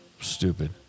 stupid